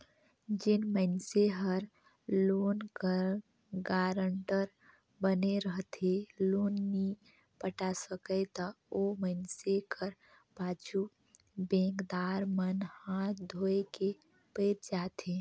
जेन मइनसे हर लोन कर गारंटर बने रहथे लोन नी पटा सकय ता ओ मइनसे कर पाछू बेंकदार मन हांथ धोए के पइर जाथें